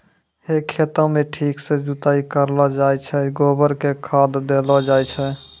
है खेतों म ठीक सॅ जुताई करलो जाय छै, गोबर कॅ खाद देलो जाय छै